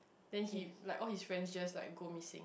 then he like all his friends just like go missing